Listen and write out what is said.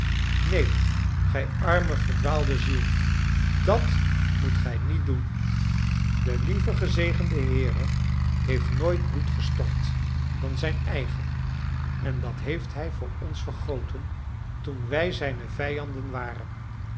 neen gij arme verdwaalde ziel dat moet gij niet doen de lieve gezegende heere heeft nooit bloed gestort dan zijn eigen en dat heeft hij voor ons vergoten toen wij zijne vijanden waren